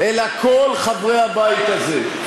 אלא כל חברי הבית הזה,